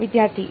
વિદ્યાર્થી રો